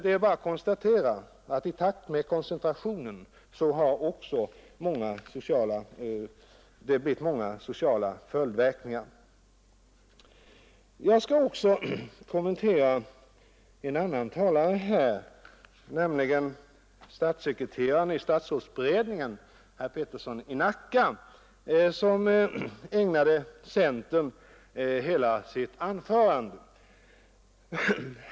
Det är i dag bara att konstatera att i takt med koncentrationen har det också uppstått många sociala följdverkningar. Jag skall också kommentera en annan talare, nämligen statssekreteraren i statsrådsberedningen, herr Peterson i Nacka, som ägnade centern hela sitt anförande.